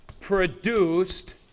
produced